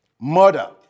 Murder